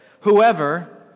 Whoever